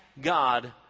God